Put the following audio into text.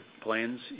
plans